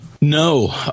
No